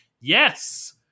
yes